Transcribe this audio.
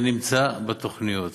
זה נמצא בתוכניות,